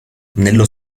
nello